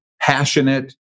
passionate